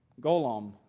Golom